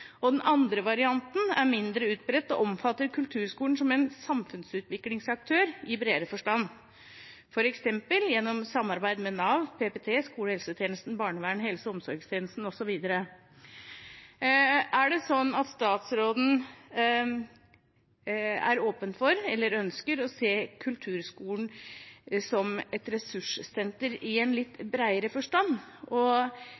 Den andre varianten er mindre utbredt og omfatter kulturskolen som en samfunnsutviklingsaktør i bredere forstand, f.eks. gjennom samarbeid med Nav, PPT, skolehelsetjenesten, barnevernet, helse- og omsorgstjenesten osv. Er det sånn at statsråden er åpen for, eller ønsker, å se kulturskolen som et ressurssenter i en litt bredere forstand og